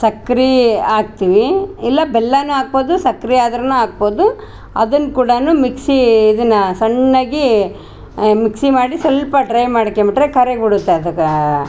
ಸಕ್ರೆ ಆಗ್ತೀವಿ ಇಲ್ಲ ಬೆಲ್ಲನು ಹಾಕ್ಬೌದು ಸಕ್ರೆ ಆದರೂನು ಹಾಕ್ಬೌದು ಅದನ್ನ ಕೂಡಾನು ಮಿಕ್ಸಿ ಇದನ್ನ ಸಣ್ಣಗೆ ಮಿಕ್ಸಿ ಮಾಡಿ ಸ್ವಲ್ಪ ಡ್ರಯ್ ಮಾಡ್ಕ್ಯೆಬಿಟ್ರೆ ಕರೆಗೊಡತ್ತೆ ಅದಕ್ಕೆ